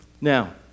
Now